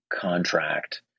contract